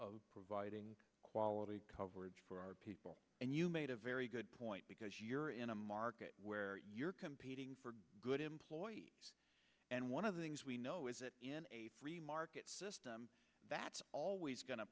of providing quality coverage for people and you made a very good point because you're in a market where you're competing for good employees and one of the things we know is that in a free market system that's always going to